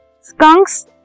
Skunks